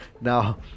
now